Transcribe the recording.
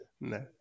no